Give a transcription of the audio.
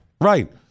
Right